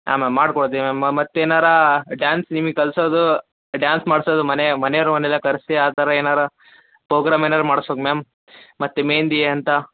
ಹಾಂ ಮ್ಯಾಮ್ ಮಾಡ್ಕೊಡ್ತಿವಿ ಮ್ಯಾಮ್ ಮತ್ತೇನಾರ ಡಾನ್ಸ್ ನಿಮಗೆ ಕಲಿಸೋದು ಡಾನ್ಸ್ ಮಾಡಿಸೋದು ಮನೆ ಮನೆಯವರ್ನೆಲ್ಲ ಕರೆಸಿ ಆ ಥರ ಏನಾರ ಪ್ರೊಗ್ರಾಮ್ ಏನಾದರೂ ಮಾಡ್ಬೇಕಾ ಮ್ಯಾಮ್ ಮತ್ತೆ ಮೆಹೆಂದಿ ಅಂತ